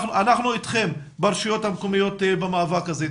אנחנו איתכם ברשויות המקומיות במאבק הזה.